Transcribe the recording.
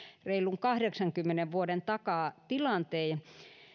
reilun kahdeksankymmenen vuoden takaa tilanteen